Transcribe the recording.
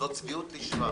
זאת צביעות לשמה.